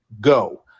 go